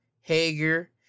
Hager